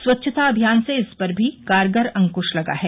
स्वच्छता अभियान से इस पर भी कारगर अंक्श लगा है